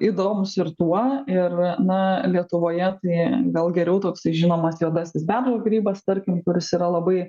įdomūs ir tuo ir na lietuvoje tai gal geriau toksai žinomas juodasis beržo grybas tarkim kuris yra labai